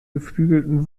geflügelten